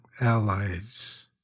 allies